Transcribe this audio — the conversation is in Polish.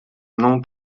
mną